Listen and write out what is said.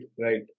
right